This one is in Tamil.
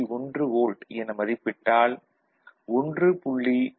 1 வோல்ட் என மதிப்பிட்டால் 1